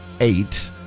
eight